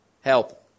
help